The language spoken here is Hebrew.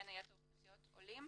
בין היתר אוכלוסיות עולים.